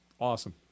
awesome